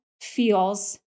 feels